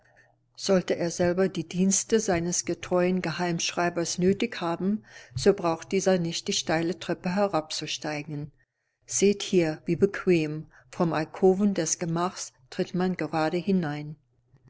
sollte er selber die dienste seines getreuen geheimschreibers nötig haben so braucht dieser nicht die steile treppe herab zu steigen seht hier wie bequem vom alkoven des gemachs tritt man gerade hinein